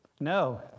no